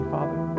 Father